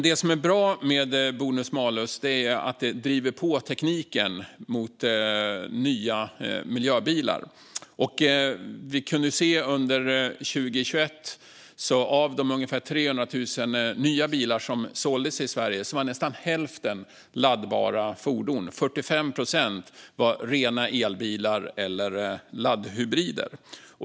Det som är bra med bonus malus är att det driver på tekniken mot nya miljöbilar. Av de ungefär 300 000 nya bilar som såldes i Sverige 2021 var nästan hälften laddbara fordon; 45 procent var rena elbilar eller laddhybrider.